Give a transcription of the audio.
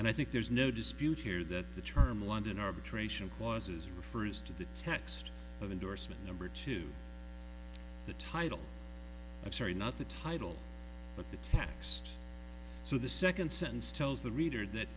and i think there's no dispute here that the term london arbitration clauses refers to the text of endorsement number two the title of sorry not the title but the text so the second sentence tells the reader that